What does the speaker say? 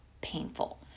painful